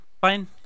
Fine